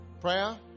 prayer